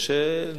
כוס מים,